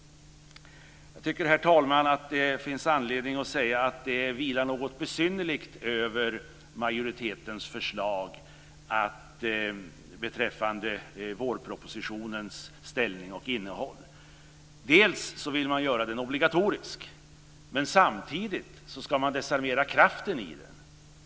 Jag tycker, herr talman, att det finns anledning att säga att det vilar något besynnerligt över majoritetens förslag beträffande vårpropositionens ställning och innehåll. Man vill göra den obligatorisk, men samtidigt ska man desarmera kraften i den.